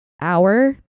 hour